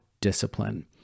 discipline